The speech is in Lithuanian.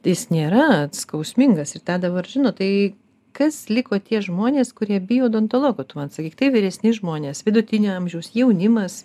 jis nėra skausmingas ir tą dabar žino tai kas liko tie žmonės kurie bijo odontologo tu man sakyk tai vyresni žmonės vidutinio amžiaus jaunimas